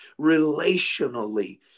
relationally